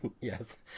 yes